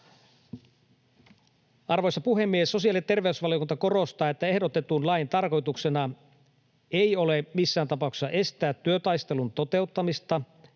Arvoisa puhemies! Sosiaali- ja terveysvaliokunta korostaa, että ehdotetun lain tarkoituksena ei ole missään tapauksessa estää työtaistelun toteuttamista,